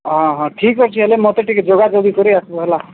ହଁ ହଁ ଠିକ୍ ଅଛି ହେଲେ ମୋତେ ଟିକିଏ ଯୋଗାଯୋଗ କରି ଆସିବ ହେଲା